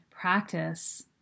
practice